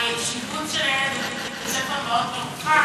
השיבוץ של הילד לבית-ספר מאוד מרוחק,